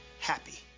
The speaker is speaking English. happy